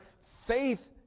faith